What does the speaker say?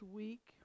week